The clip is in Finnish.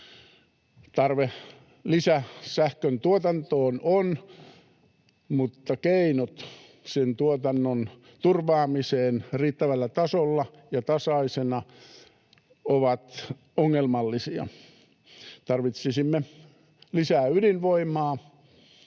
Tarve lisäsähkön tuotantoon on, mutta keinot sen tuotannon turvaamiseen riittävällä tasolla ja tasaisena ovat ongelmallisia. Tarvitsisimme lisää ydinvoimaa,